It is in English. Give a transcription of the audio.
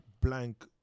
blank